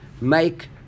make